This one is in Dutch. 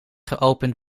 geopend